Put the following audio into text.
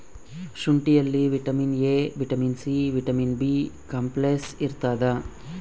ಶುಂಠಿಯಲ್ಲಿ vitamin A vitamin C vitamin B complex ಇರ್ತಾದ